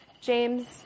James